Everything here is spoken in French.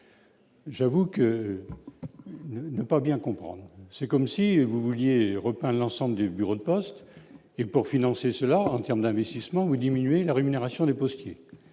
J'avoue que je n'ai pas bien comprendre, c'est comme si vous vouliez repas, l'ensemble des bureaux de poste et pour financer cela en termes d'investissements ou diminuer la rémunération des postiers,